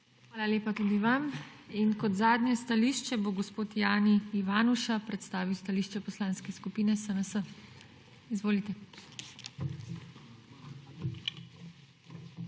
Hvala lepa tudi vam. Kot zadnje stališče bo gospod Jani Ivanuša predstavil stališče Poslanske skupine SNS. Izvolite.